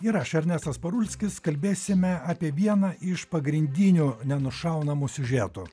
ir aš ernestas parulskis kalbėsime apie vieną iš pagrindinių nenušaunamų siužetų